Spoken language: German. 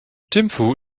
thimphu